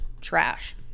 trash